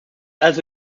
also